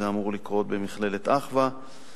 זה אמור לקרות במכללת "אחווה".